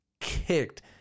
kicked